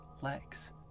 legs